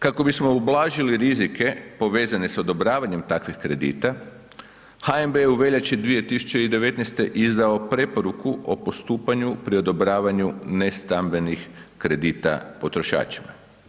Kako bismo ublažili rizike povezane s odobravanjem takvih kredita, HNB je u veljači 2019. izdao preporuku o postupanju pri odobravanju nestambenih kredita potrošačima.